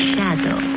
Shadow